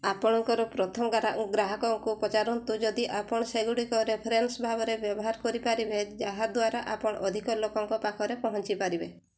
ଆପଣଙ୍କର ପ୍ରଥମ ଗ୍ରା ଗ୍ରାହକଙ୍କୁ ପଚାରନ୍ତୁ ଯଦି ଆପଣ ସେଗୁଡ଼ିକ ରେଫରେନ୍ସ୍ ଭାବରେ ବ୍ୟବହାର କରିପାରିବେ ଯାହା ଦ୍ୱାରା ଆପଣ ଅଧିକ ଲୋକଙ୍କ ପାଖରେ ପହଞ୍ଚି ପାରିବେ